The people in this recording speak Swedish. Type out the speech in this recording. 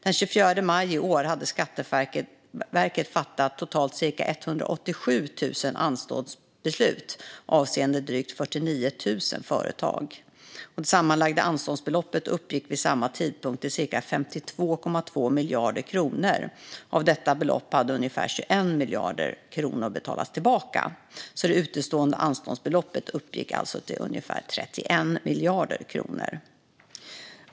Den 24 maj i år hade Skatteverket fattat totalt cirka 187 000 anståndsbeslut avseende drygt 49 000 företag. Det sammanlagda anståndsbeloppet uppgick vid samma tidpunkt till cirka 52,2 miljarder kronor. Av detta belopp hade ungefär 21 miljarder kronor betalats tillbaka. Det utestående anståndsbeloppet uppgick alltså till ungefär 31 miljarder kronor.